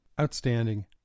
outstanding